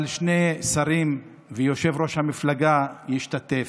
אבל שני שרים ויושב-ראש המפלגה השתתפו.